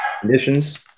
conditions